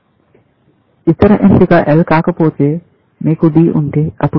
ఇతర ఎంపిక L కాకపోతే మీకు D ఉంటే అప్పుడు D